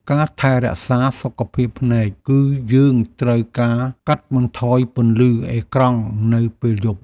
ការថែរក្សាសុខភាពភ្នែក គឺយើងត្រូវការកាត់បន្ថយពន្លឺអេក្រង់នៅពេលយប់។